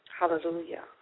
hallelujah